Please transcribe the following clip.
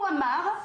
הוא אמר,